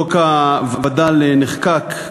חוק הווד"לים נחקק,